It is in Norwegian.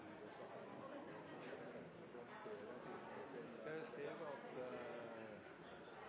det skal være, og